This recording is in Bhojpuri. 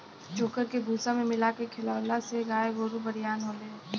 चोकर के भूसा में मिला के खिआवला से गाय गोरु बरियार होले